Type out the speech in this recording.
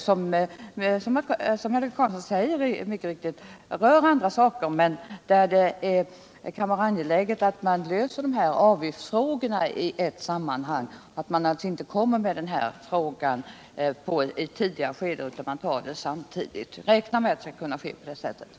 Som Helge Karlsson mycket riktigt säger, rör kommit téns förslag andra saker, men det kan vara angeläget att lösa avgiftsfrågorna i ett sammanhang och att alltså inte ta upp den fråga vi nu diskuterar i ett tidigare skede. Man räknar med att det skall kunna ske samtidigt.